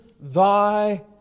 thy